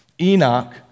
Enoch